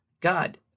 God